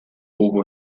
hubo